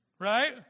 right